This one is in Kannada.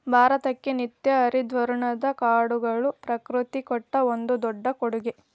ಭಾರತಕ್ಕೆ ನಿತ್ಯ ಹರಿದ್ವರ್ಣದ ಕಾಡುಗಳು ಪ್ರಕೃತಿ ಕೊಟ್ಟ ಒಂದು ದೊಡ್ಡ ಕೊಡುಗೆ